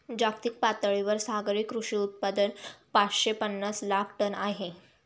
जागतिक पातळीवर सागरी कृषी उत्पादन पाचशे पनास लाख टन आहे